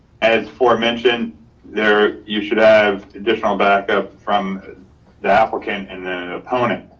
as four mentioned there, you should have additional backup from the applicant and then opponent.